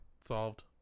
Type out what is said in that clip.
Solved